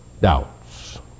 doubts